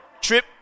Trip